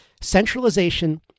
centralization